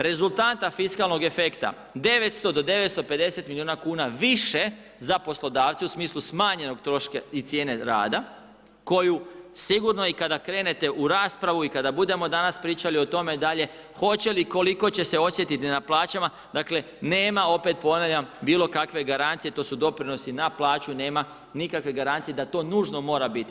Rezultat fiskalnog efekta 900 do 950 milijuna kuna više za poslodavce u smislu smanjenog troška i cijene rada koju sigurno i kada krenete u raspravu i kada budemo danas pričali o tome dalje hoće li i koliko će se osjetiti na plaćama dakle nema opet ponavljam bilo kakve garancije, to su doprinosi na plaću, nema nikakve garancije da to nužno mora biti.